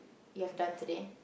you've done today